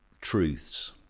truths